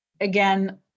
again